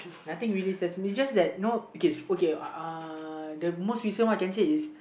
nothing really stresses me it's just that you know okay okay uh the most recent I can see is